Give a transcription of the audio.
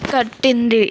కట్టింది